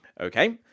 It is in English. okay